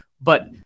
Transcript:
But-